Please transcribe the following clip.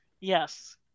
yes